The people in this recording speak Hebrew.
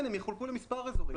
ולכן הם יחולקו למספר אזורים.